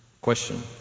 Question